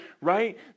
right